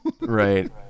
Right